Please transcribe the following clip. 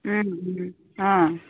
অঁ